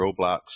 Roblox